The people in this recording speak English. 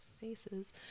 faces